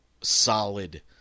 solid